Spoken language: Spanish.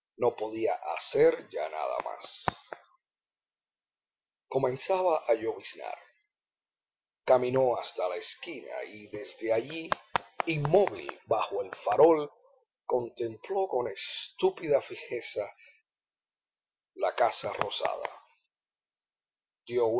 no podía hacer ya nada más comenzaba a lloviznar caminó hasta la esquina y desde allí inmóvil bajo el farol contempló con estúpida fijeza la casa rosada